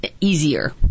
easier